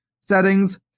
settings